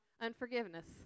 unforgiveness